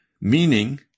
meaning